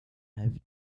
have